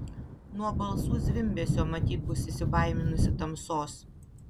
nuo balsų zvimbesio matyt bus įsibaiminusi tamsos